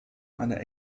eine